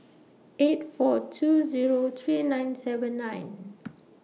eight four two Zero three nine seven nine